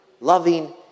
loving